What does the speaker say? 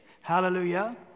Hallelujah